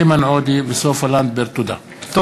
איימן עודה וסופה לנדבר בנושא: חוסר פיקוח על הצהרונים,